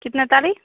कितना तारीख